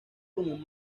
con